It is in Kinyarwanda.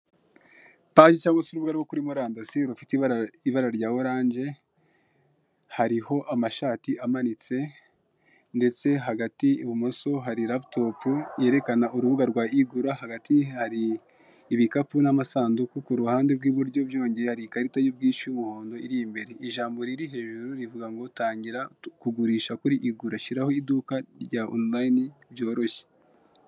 Paji cyangwa se urubuga rwo kuri murandasi rufite ibara rya oranje, hariho amashati amanitse ndetse hagati ibumoso hari raputopo yerekana urubuga rwa igura, hagati hari ibikapu n'amasanduku ku ruhande rw'iburyo byongeye hari ikarita y'ubwishyu y'umuhondo iri imbere, ijambo riri hejuru rivuga ngo utangira kugurisha kuri igura shyiraho iduka rya onurayini ryoroshye.